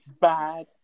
bad